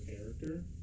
character